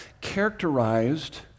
characterized